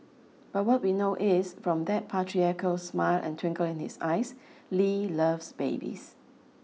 but what we know is from that patriarchal smile and twinkle in his eyes Lee loves babies